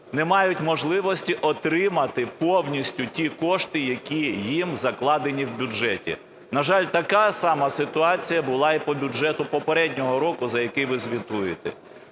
не мають можливості отримати повністю ті кошти, які їм закладені в бюджеті? На жаль, така сама ситуація була і по бюджету попереднього року, за який ви звітуєте.